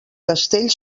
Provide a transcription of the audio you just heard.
castell